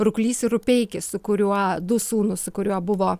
ruklys ir rupeikis su kuriuo du sūnus su kuriuo buvo